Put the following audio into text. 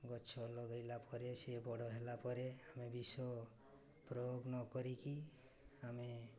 ଗଛ ଲଗାଇଲା ପରେ ସେ ବଡ଼ ହେଲା ପରେ ଆମେ ବିଷ ପ୍ରୟୋଗ ନ କରିକି ଆମେ